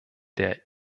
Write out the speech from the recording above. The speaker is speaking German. der